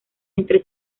entre